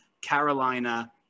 Carolina